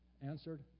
answered